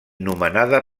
nomenada